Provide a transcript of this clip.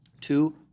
Two